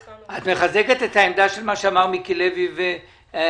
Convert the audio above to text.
את מחזקת את העמדה של מה שאמרו מיקי לוי וינון